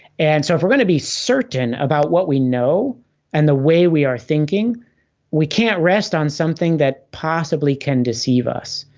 and so if we're going to be certain about what we know and the way we are thinking we can't rest on something that possibly can deceive us.